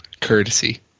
courtesy